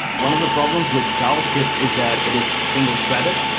one of the problems with javascript is that it is single threaded.